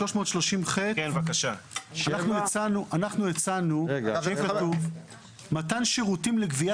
סעיף 330ח. אנחנו הצענו מתן שירותים לגבייה